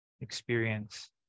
experience